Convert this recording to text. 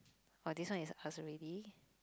orh this one is ask already